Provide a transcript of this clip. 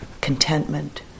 contentment